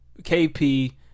KP